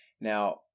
Now